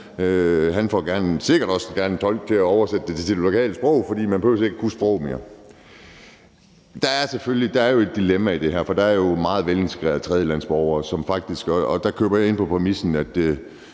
Han får sikkert også gerne en tolk til at oversætte til det lokale sprog, for man behøver ikke at kunne sproget mere. Der er selvfølgelig et dilemma i det her, for der er jo meget velintegrerede tredjelandsborgere, og der køber jeg ind på præmissen om, at